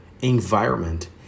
environment